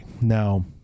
Now